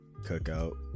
cookout